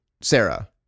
Sarah